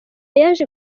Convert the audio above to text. yaje